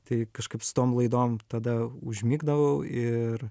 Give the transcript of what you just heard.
tai kažkaip su tom laidom tada užmigdavau ir